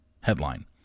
Headline